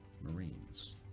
Marines